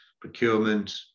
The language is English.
procurement